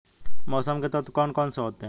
मौसम के तत्व कौन कौन से होते हैं?